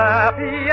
Happy